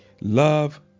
Love